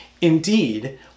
Indeed